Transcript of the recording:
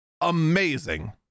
Amazing